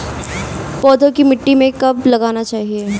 पौधों को मिट्टी में कब लगाना चाहिए?